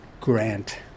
Grant